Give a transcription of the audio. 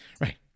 Right